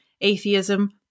atheism